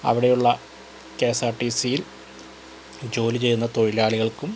അവിടെയുള്ള K S R T C യിൽ ജോലി ചെയ്യുന്ന തൊഴിലാളികൾക്കും